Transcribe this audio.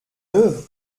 neuve